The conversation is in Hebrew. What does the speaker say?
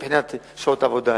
הן מבחינת שעות עבודה,